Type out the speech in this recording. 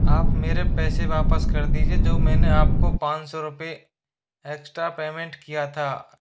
आप मेरे पैसे वापस कर दीजिए जो मैंने आपको पाँच सौ रुपये ऐक्स्ट्रा पेमेंट किया था